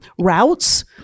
routes